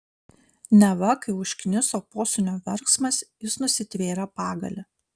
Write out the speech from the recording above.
neva kai užkniso posūnio verksmas jis nusitvėrė pagalį